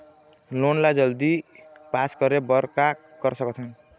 Loan ला जल्दी pass करे बर का कर सकथन?